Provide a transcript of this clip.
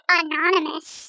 anonymous